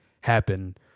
happen